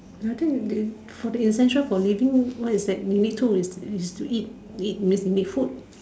I think will be for the essential for living what is it we need to is is to eat we eat we need to eat food